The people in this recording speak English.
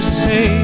say